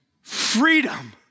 Freedom